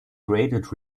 graded